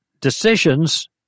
decisions